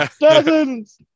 dozens